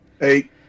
eight